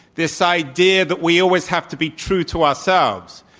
this idea that we always have to be true to ourselves.